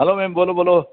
hello ma'am બોલો બોલો